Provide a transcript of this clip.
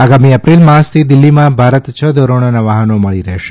આગામી અપ્રિલ માસથી દિલ્હીમાં ભારત છ ધોરણોનાં વાહનો મળી રહેશે